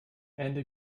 ende